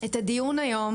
את הדיון היום,